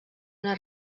una